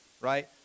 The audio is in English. right